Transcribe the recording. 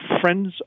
friends